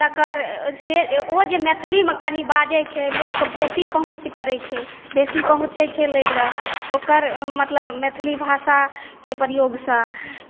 तकर से ओ जे मैथलीमे कनी बाजै छै लोक बेसी पहुँच करै छै बेसी पहुँचै छै लय लए ओकर मतलब मैथिली भाषा के प्रयोग सॅं